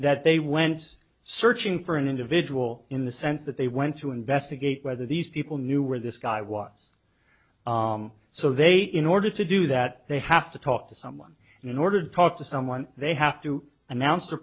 that they went searching for an individual in the sense that they went to investigate whether these people knew where this guy was so they in order to do that they have to talk to someone in order to talk to someone they have to announce t